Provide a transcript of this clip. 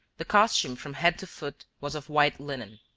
the costume from head to foot was of white linen.